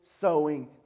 sowing